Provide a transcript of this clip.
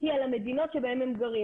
היא על המדינות שבהן הם גרים.